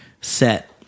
set